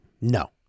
No